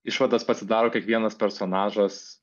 išvadas pasidaro kiekvienas personažas